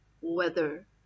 weather